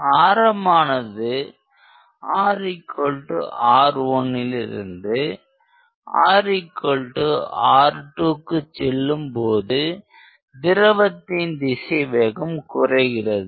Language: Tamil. ஆர மானது RR1லிருந்து RR2க்கு செல்லும்போது திரவத்தின் திசைவேகம் குறைகிறது